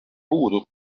puudu